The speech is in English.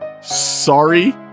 Sorry